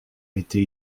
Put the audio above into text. été